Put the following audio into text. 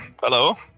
Hello